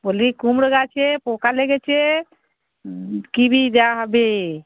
বলি কুমড়ো গাছে পোকা লেগেছে কী বিষ দেওয়া হবে